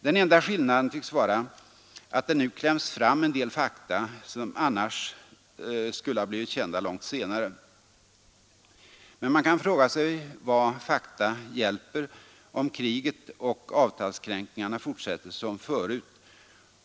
Den enda skillnaden tycks vara att det nu kläms fram en del fakta som annars skulle ha blivit kända långt senare. Men man kan fråga sig vad fakta hjälper, om kriget och avtalskränkningarna fortsätter som förut.